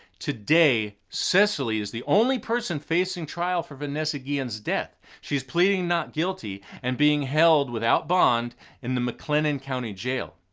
today, cecily is the only person facing trial for vanessa guillen's death. she's pleading not guilty and being held without bond in the mclennan county jail.